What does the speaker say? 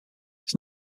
it’s